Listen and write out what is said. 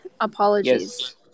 Apologies